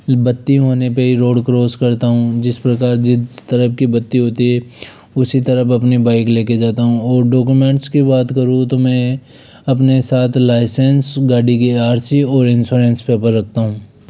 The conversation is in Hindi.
बत्ती होने पर ही रोड क्रॉस करता हूँ जिस प्रकार जिस तरफ की बत्ती होती है उसी तरफ अपनी बाइक लेकर जाता हूँ और डोक्यूमेंट्स की बात करूँ तो मैं अपनेे साथ लाइसेंन्स गाड़ी की आर सी और इंश्योरेंस पेपर रखता हूँ